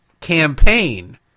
campaign